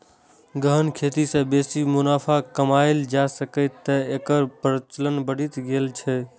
गहन खेती सं बेसी मुनाफा कमाएल जा सकैए, तें एकर प्रचलन बढ़ि गेल छै